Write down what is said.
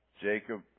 Jacob